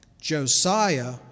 Josiah